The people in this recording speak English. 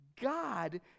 God